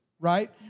right